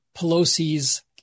Pelosi's